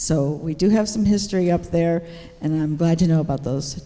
so we do have some history up there and i'm glad to know about those